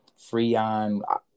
Freon